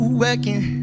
working